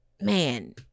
man